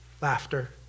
laughter